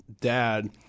dad